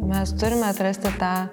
mes turime atrasti tą